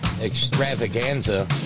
extravaganza